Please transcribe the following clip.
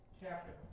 chapter